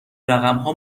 رقمها